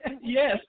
Yes